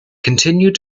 continued